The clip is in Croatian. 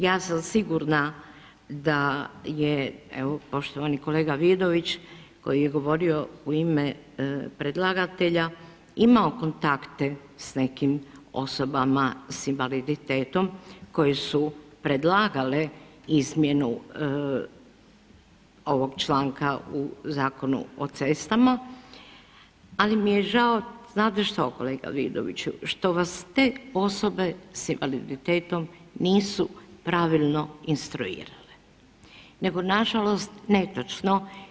Ja sam sigurna da je evo poštovani kolega Vidović koji je govorio u ime predlagatelja imao kontakte s nekim osobama sa invaliditetom koje su predlagale izmjenu ovog članka u Zakonu o cestama, ali mi je žao znate što kolega Vidoviću, što vas te osobe sa invaliditetom nisu pravilno instruirale, nego nažalost netočno.